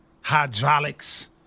hydraulics